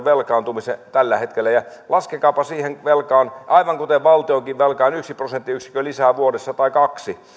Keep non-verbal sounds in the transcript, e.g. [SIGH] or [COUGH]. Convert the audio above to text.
[UNINTELLIGIBLE] velkaantumisen tällä hetkellä laskekaapa siihen velkaan aivan kuten valtionkin velkaan yksi tai kaksi prosenttiyksikköä lisää vuodessa